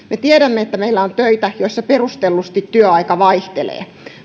tiedämme että meillä on töitä joissa perustellusti työaika vaihtelee